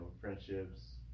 friendships